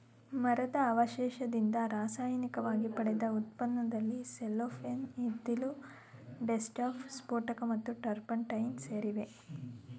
ಮರದ ಅವಶೇಷದಿಂದ ರಾಸಾಯನಿಕವಾಗಿ ಪಡೆದ ಉತ್ಪನ್ನದಲ್ಲಿ ಸೆಲ್ಲೋಫೇನ್ ಇದ್ದಿಲು ಡೈಸ್ಟಫ್ ಸ್ಫೋಟಕ ಮತ್ತು ಟರ್ಪಂಟೈನ್ ಸೇರಿವೆ